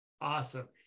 awesome